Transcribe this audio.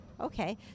Okay